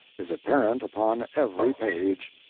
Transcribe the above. is apparent upon every page.